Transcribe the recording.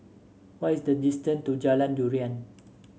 what is the distance to Jalan Durian